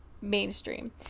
mainstream